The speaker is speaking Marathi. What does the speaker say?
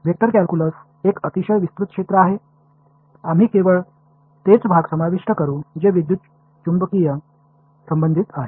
वेक्टर कॅल्क्यूलस एक अतिशय विस्तृत क्षेत्र आहे आम्ही केवळ तेच भाग समाविष्ट करू जे विद्युत चुंबकीय संबंधित आहेत